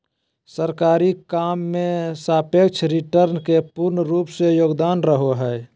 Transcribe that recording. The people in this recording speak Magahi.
सरकारी काम मे सापेक्ष रिटर्न के पूर्ण रूप से योगदान रहो हय